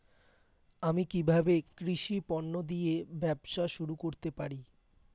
আমি কিভাবে কৃষি পণ্য দিয়ে ব্যবসা শুরু করতে পারি?